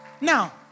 Now